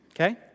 okay